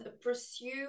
pursue